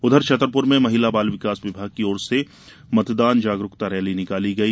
उधर छतरपुर में महिला बाल विकास विभाग की ओर से मतदान जागरूकता रैली निकाली गयी